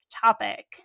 topic